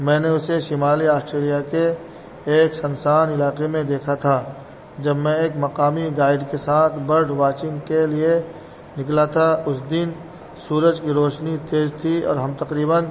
میں نے اسے شمالی آسٹریلیا کے ایک سنسان علاقے میں دیکھا تھا جب میں ایک مقامی گائیڈ کے ساتھ برڈ واچنگ کے لیے نکلا تھا اس دن سورج کی روشنی تیز تھی اور ہم تقریباً